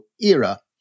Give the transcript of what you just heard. era